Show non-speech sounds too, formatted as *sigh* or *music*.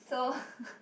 so *laughs*